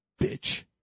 bitch